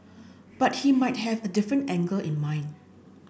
but he might have a different angle in mind